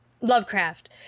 Lovecraft